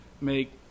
make